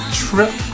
trip